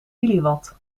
milliwatt